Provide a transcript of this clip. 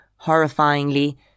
horrifyingly